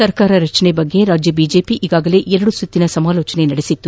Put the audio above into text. ಸರ್ಕಾರ ರಚನೆ ಕುರಿತಂತೆ ರಾಜ್ಯ ಬಿಜೆಪಿ ಈಗಾಗಲೇ ಎರದು ಸುತ್ತಿನ ಸಮಾಲೋಚನೆ ನಡೆಸಿತ್ತು